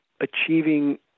achieving